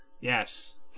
Yes